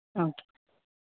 okay